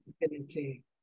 infinity